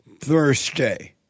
Thursday